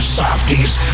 softies